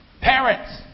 Parents